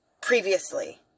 previously